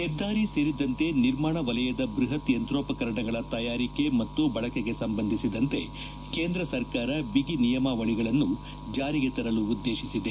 ಹೆದ್ದಾರಿ ಸೇರಿದಂತೆ ನಿರ್ಮಾಣ ವಲಯದ ಬ್ಬಹತ್ ಯಂತ್ರೋಪಕರಣಗಳ ತಯಾರಿಕೆ ಮತ್ತು ಬಳಕೆಗೆ ಸಂಬಂಧಿಸಿದಂತೆ ಕೇಂದ್ರ ಸರ್ಕಾರ ಬಿಗಿ ನಿಯಮಾವಳಿಗಳನ್ನು ಜಾರಿಗೆತರಲು ಉದ್ದೇಶಿಸಿದೆ